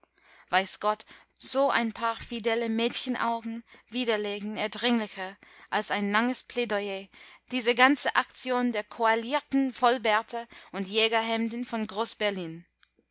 weiß gott so ein paar fidele mädchenaugen widerlegen eindringlicher als ein langes plaidoyer diese ganze aktion der koalierten vollbärte und jägerhemden von